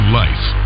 life